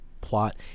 plot